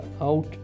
out